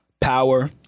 Power